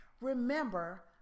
Remember